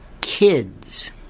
kids